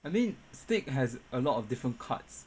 I mean steak has a lot of different cuts